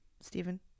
Stephen